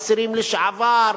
אסירים לשעבר,